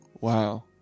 Wow